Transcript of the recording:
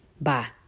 Bye